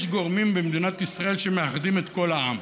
יש גורמים במדינת ישראל שמאחדים את כל העם,